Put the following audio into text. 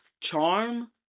Charm